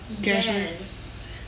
Yes